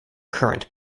currant